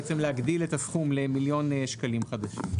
הוא בעצם להגדיל את הסכום למיליון שקלים חדשים.